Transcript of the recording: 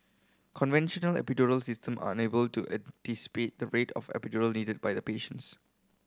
conventional epidural system are unable to anticipate the rate of epidural needed by the patients